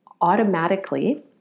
automatically